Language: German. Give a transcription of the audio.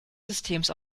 systems